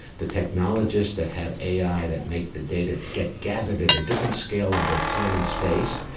the technologists that have ai that make the data get gathered at a different scale in both time and space,